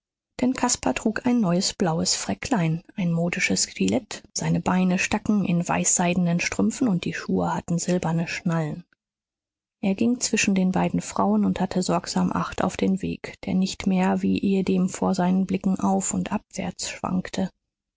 denn caspar trug ein neues blaues fräcklein ein modisches gilet seine beine staken in weißseidenen strümpfen und die schuhe hatten silberne schnallen er ging zwischen den beiden frauen und hatte sorgsam acht auf den weg der nicht mehr wie ehedem vor seinen blicken auf und abwärts schwankte